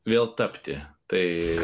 vėl tapti tai